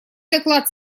доклад